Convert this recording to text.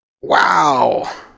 wow